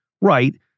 Right